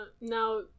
now